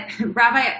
Rabbi